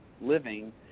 living